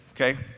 okay